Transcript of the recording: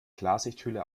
klarsichthülle